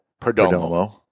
Perdomo